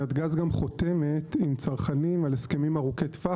שנתג"ז גם חותמת עם צרכנים על הסכמים ארוכי טווח